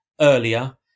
earlier